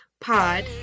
Pod